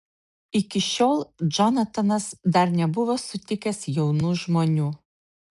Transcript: iki šiol džonatanas dar nebuvo sutikęs jaunų žmonių